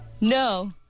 No